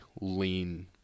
lean